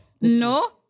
no